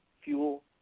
fuel